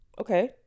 okay